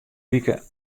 wike